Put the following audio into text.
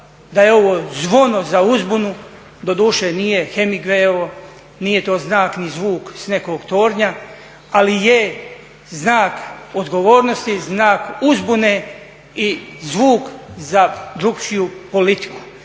da je ovo zvono za uzbunu. Doduše, nije Hemingwayovo, nije to znak ni zvuk s nekog tornja ali je znak odgovornosti, znak uzbune i zvuk za drukčiju politiku,